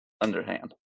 underhand